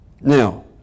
Now